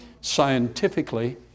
scientifically